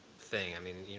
thing. i mean,